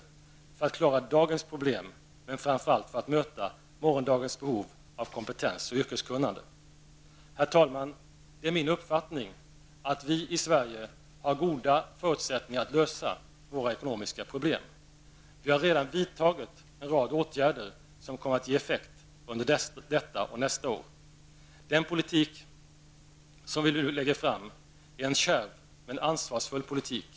Detta skall göras för att klara dagens problem, men framför allt för att möta morgondagens behov av kompetens och yrkeskunnande. Herr talman! Det är min uppfattning att vi i Sverige har goda förutsättningar att lösa våra ekonomiska problem. Vi har redan vidtagit en rad åtgärder som kommer att ge effekt under detta och nästa år. Den politik som vi nu lägger fram är en kärv men ansvarsfull politik.